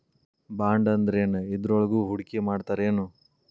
ಬಾಂಡಂದ್ರೇನ್? ಇದ್ರೊಳಗು ಹೂಡ್ಕಿಮಾಡ್ತಾರೇನು?